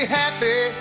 happy